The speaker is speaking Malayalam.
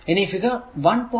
ഇനി ഫിഗർ 1